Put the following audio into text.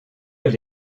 elle